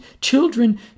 children